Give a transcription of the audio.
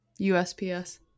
USPS